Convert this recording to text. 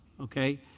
Okay